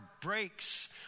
breaks